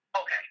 okay